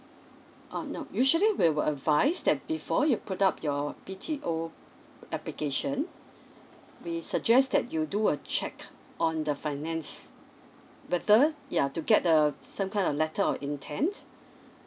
uh nope usually will advise that before you put up your B_T_O application we suggest that you do a check on the finance better yeah to get the some kind of letter of intent